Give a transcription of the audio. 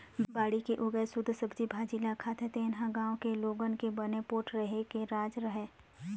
बाड़ी के उगाए सुद्ध सब्जी भाजी ल खाथे तेने ह गाँव के लोगन के बने पोठ रेहे के राज हरय